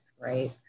right